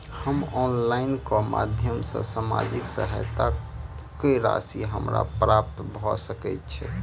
हम ऑनलाइन केँ माध्यम सँ सामाजिक सहायता केँ राशि हमरा प्राप्त भऽ सकै छै?